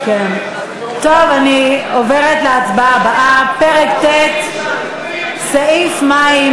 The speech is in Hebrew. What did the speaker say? טוב, אני עוברת להצבעה הבאה, פרק ט': מים.